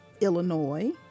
Illinois